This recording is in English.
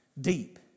deep